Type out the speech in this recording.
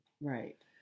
Right